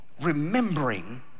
remembering